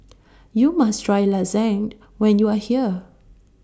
YOU must Try Lasagne when YOU Are here